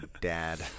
dad